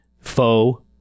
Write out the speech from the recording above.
foe